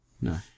No